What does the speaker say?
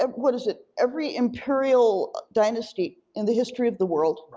um what is it, every imperial dynasty in the history of the world,